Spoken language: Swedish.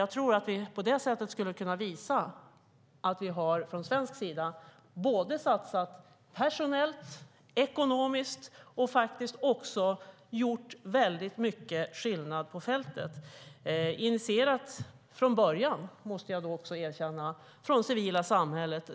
Jag tror att vi på det sättet skulle kunna visa att vi från svensk sida har satsat både personellt och ekonomiskt och faktiskt också gjort mycket skillnad på fältet. Vi har initierat detta från det civila samhället från början, måste jag erkänna.